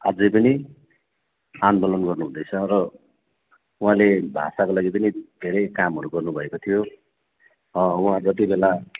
आझैपनि आन्दोलन गर्नुहुँदैछ र उहाँले भाषाको लागि पनि धेरै कामहरू गर्नु भएको थियो उहाँ जति बेला